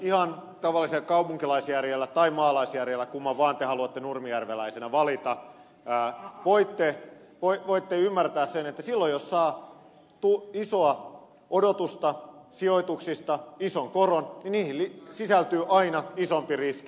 ihan tavallisella kaupunkilaisjärjellä tai maalaisjärjellä kumman vaan te haluatte nurmijärveläisenä valita voitte ymmärtää sen että silloin jos saa isoa odotusta sijoituksista ison koron niihin sisältyy aina isompi riski